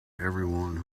everyone